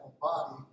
body